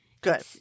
Good